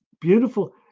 Beautiful